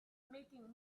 making